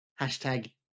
#Hashtag